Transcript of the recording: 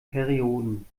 perioden